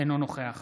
אינו נוכח